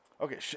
Okay